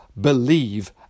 believe